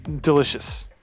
Delicious